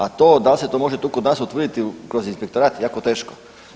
A to da li se to može tu kod nas utvrditi kroz inspektorat, jako teško.